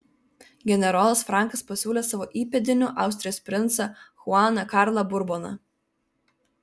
generolas frankas pasiūlė savo įpėdiniu austrijos princą chuaną karlą burboną